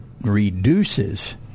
reduces